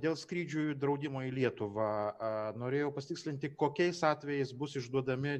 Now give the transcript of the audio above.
dėl skrydžių draudimo į lietuvą norėjau pasitikslinti kokiais atvejais bus išduodami